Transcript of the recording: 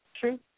True